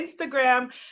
Instagram